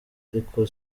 ariko